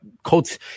Colts